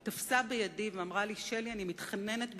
היא תפסה בידי ואמרה לי: שלי, אני מתחננת לפנייך,